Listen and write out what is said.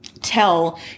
tell